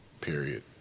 Period